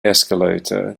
escalator